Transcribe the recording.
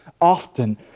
often